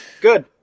good